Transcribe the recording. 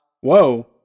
Whoa